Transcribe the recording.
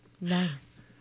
Nice